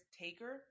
taker